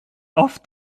auf